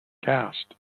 cast